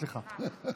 סליחה.